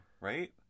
Right